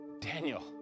Daniel